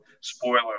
spoiler